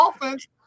offense